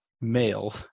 male